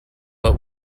but